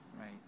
right